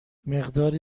مقدار